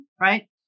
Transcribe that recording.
right